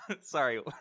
Sorry